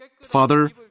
Father